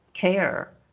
care